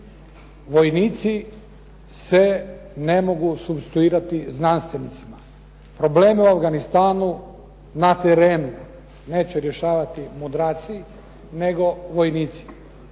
Vojnici se ne mogu supstituirati znanstvenicima. Problemi u Afganistanu, na terenu neće rješavati mudraci, nego vojnici.